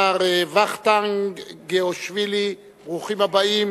מר וכטנג גיאושווילי, ברוכים הבאים.